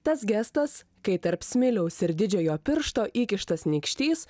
tas gestas kai tarp smiliaus ir didžiojo piršto įkištas nykštys